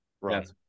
Right